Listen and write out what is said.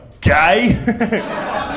gay